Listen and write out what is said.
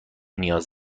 نیاز